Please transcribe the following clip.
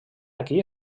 aquí